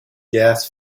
gas